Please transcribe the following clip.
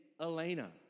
Elena